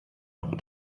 noch